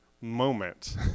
moment